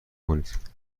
کنید